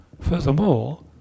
Furthermore